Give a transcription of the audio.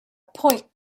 point